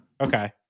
Okay